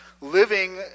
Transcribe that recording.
living